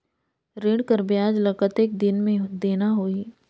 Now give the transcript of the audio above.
ऋण कर ब्याज ला कतेक दिन मे देना होही?